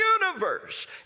universe